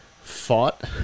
fought